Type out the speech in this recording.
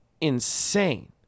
insane